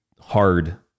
hard